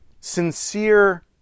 sincere